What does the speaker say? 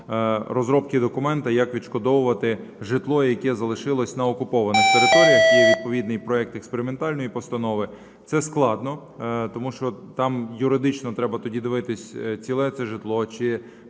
розробки документа, як відшкодовувати житло, яке залишилося на окупованих територіях, є відповідний проект експериментальної постанови. Це складно. Тому що там юридично треба тоді дивитися: ціле це житло, чи